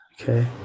Okay